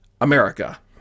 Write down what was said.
America